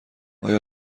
آیا